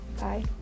Bye